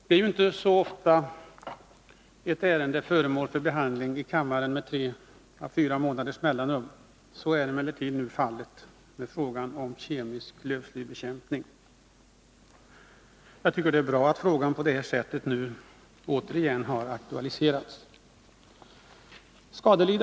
Fru talman! Det är inte så ofta ett ärende med tre å fyra månaders mellanrum blir föremål för behandling i kammaren. Så är emellertid nu fallet med frågan om kemisk lövslybekämpning. Det är bra att frågan på detta sätt nu åter har aktualiserats.